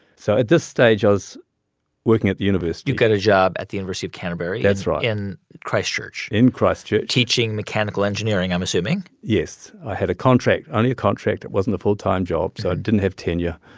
so at this stage, i was working at the university you got a job at the university of canterbury. that's right. in christchurch. in christchurch. teaching mechanical engineering, i'm assuming yes. i had a contract only a contract. it wasn't a full-time job, so it didn't have tenure.